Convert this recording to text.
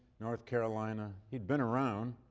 north carolina he'd been around.